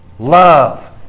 Love